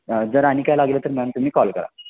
जर आणि काय लागलं तर मॅम तुम्ही कॉल करा